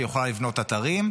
שיכולה לבנות אתרים,